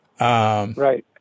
Right